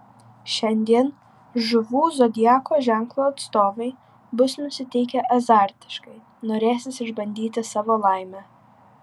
šiandien žuvų zodiako ženklo atstovai bus nusiteikę azartiškai norėsis išbandyti savo laimę